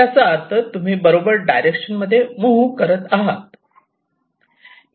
त्याचा अर्थ तुम्ही बरोबर डायरेक्शन मध्ये मुव्ह करत आहात